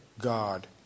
God